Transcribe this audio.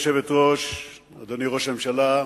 אדוני, ראש הממשלה,